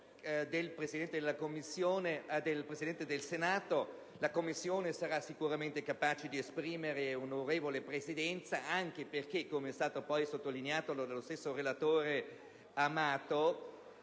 il Presidente del Senato, ritengo che la Commissione sarà sicuramente in grado di esprimere un'onorevole Presidenza, anche perché, com'è stato poi sottolineato dallo stesso relatore Amato,